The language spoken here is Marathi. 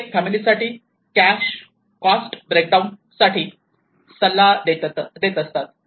प्रत्येक फॅमिलीसाठी कॅश कॉस्ट ब्रेकडाऊन साठी सल्ला देत असतात